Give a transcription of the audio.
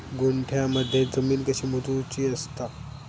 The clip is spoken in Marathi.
गुंठयामध्ये जमीन कशी मोजूची असता?